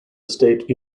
state